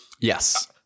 yes